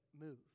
move